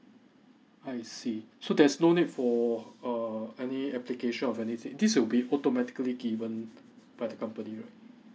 I see so there is no need for err any application of anything this will be automatically given by the company right